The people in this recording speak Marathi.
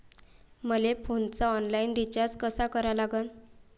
मले फोनचा ऑनलाईन रिचार्ज कसा करा लागन?